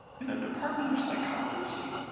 in a department of psychology?